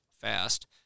fast